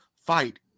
fight